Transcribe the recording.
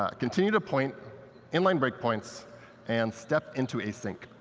ah continue to point in-line break points and step into async.